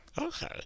Okay